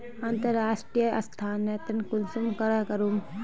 अंतर्राष्टीय स्थानंतरण कुंसम करे करूम?